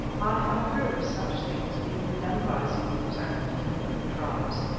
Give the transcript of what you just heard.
i had heard of such things being done by zulus and kindred tribes,